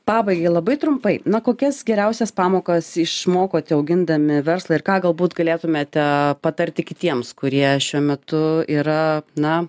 pabaigai labai trumpai na kokias geriausias pamokas išmokote augindami verslą ir ką galbūt galėtumėte patarti kitiems kurie šiuo metu yra na